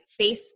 Facebook